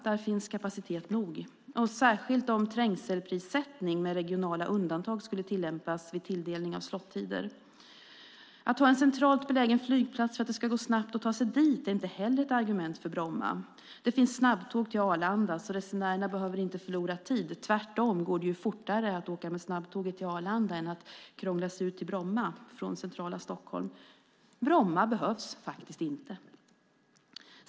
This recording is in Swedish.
Där finns kapacitet nog, särskilt om trängselprissättning med regionala undantag tillämpas vid tilldelning av slot-tider. Att ha en centralt belägen flygplats för att det ska gå snabbt att ta sig dit är inte heller ett argument för Bromma. Det finns snabbtåg till Arlanda. Resenärerna behöver inte förlora tid. Tvärtom går det fortare att åka med snabbtåget till Arlanda än att krångla sig ut till Bromma från centrala Stockholm. Bromma behövs faktiskt inte.